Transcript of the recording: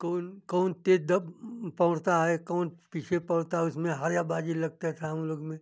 कौन कौन तेज़ द पहुँचता है कौन पीछे पहुँचता उसमें हार या बाज़ी लगता था हम लोग में